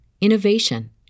innovation